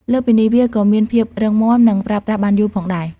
លើសពីនេះ វាក៏មានភាពរឹងមាំ និងប្រើប្រាស់បានយូរផងដែរ។